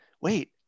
wait